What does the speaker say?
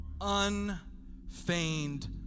Unfeigned